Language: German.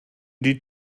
die